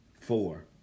four